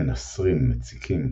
קולות מנסרים, מציקים.